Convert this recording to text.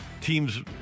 teams